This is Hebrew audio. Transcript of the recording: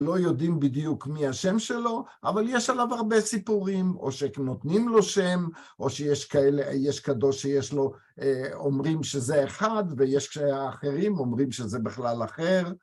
לא יודעים בדיוק מי השם שלו, אבל יש עליו הרבה סיפורים. או שנותנים לו שם. או שיש כאלה, יש קדוש שיש לו, אומרים שזה אחד, ויש אחרים אומרים שזה בכלל אחר.